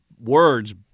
words